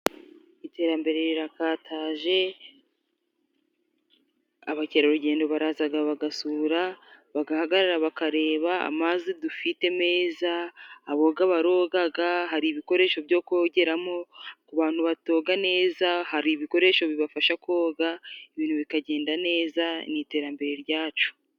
Iterambere rirakataje, abakerarugendo barazaga bagasura, bagahagarara bakareba amazi dufite meza, aboga barogaga, hari ibikoresho byo kogera mo, ku bantu batoga neza hari ibikoresho bibafasha koga, ibintu bikagenda neza ni iterambere rya cu.